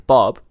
Bob